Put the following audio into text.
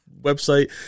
website